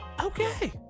Okay